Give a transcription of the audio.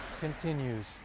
continues